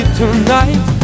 tonight